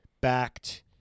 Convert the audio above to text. backed